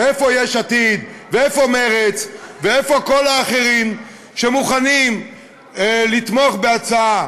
ואיפה יש עתיד ואיפה מרצ ואיפה כל האחרים שמוכנים לתמוך בהצעה?